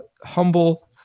humble